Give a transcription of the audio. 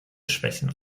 schwächen